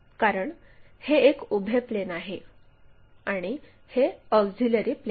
कारण हे एक उभे प्लेन आहे आणि हे ऑक्झिलिअरी प्लेन आहे